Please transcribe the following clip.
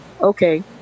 okay